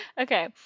Okay